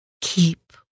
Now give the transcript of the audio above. Keep